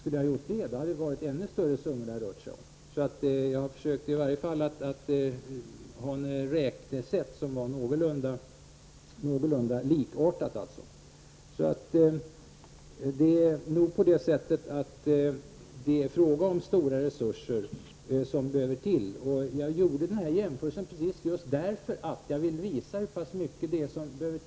Skulle det ha varit så, hade det rört sig om ännu större summor. Jag försöker i varje fall använda mig av ett någorlunda likartat räknesätt. Det behövs stora resurser. Jag gjorde denna jämförelse för att jag vill visa hur mycket det behövs.